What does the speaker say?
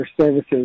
Services